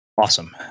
Awesome